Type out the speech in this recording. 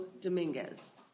Dominguez